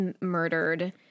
murdered